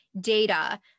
data